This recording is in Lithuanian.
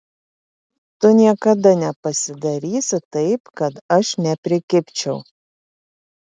tu niekada nepasidarysi taip kad aš neprikibčiau